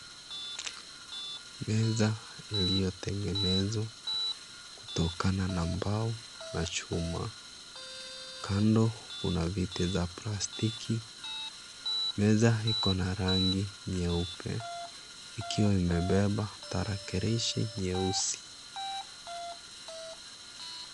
Meza iliyotengenezwa kutokana na mbao na chuma. Kando kuna viti za plastiki. Meza iko na rangi nyeupe ikiwa imebeba tarakilishi nyeupe.